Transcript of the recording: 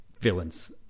villains